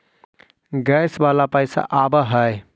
Gas वाला पैसा आव है?